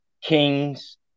Kings